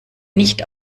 nicht